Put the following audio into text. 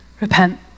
repent